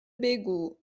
بگو